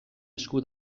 esku